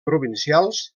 provincials